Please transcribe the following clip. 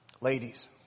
Ladies